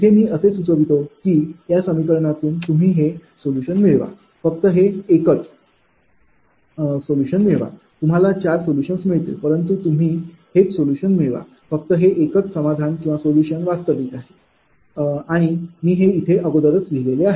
इथे मी असे सुचवितो की या समीकरणातून तुम्ही हे सोलुशन मिळवा फक्त हे एकच किती मिळवा तुम्हाला चार सोलुशन मिळतीलपरंतु तुम्ही हेच सोलुशन मिळवा फक्त हे एकच समाधानसोल्युशन वास्तविक आहे आणि मी हे इथे अगोदरच लिहिलेले आहे